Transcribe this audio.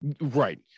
Right